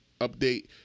update